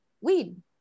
weed